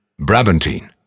Brabantine